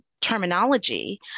terminology